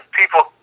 people